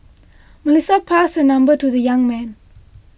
Melissa passed her number to the young man